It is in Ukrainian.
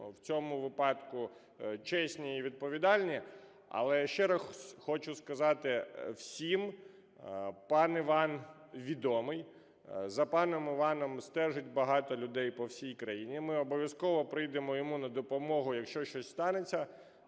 у цьому випадку чесні і відповідальні. Але ще раз хочу сказати всім: пан Іван відомий, за паном Іваном стежать багато людей по всій країні. Ми обов'язково прийдемо йому на допомогу, якщо щось станеться,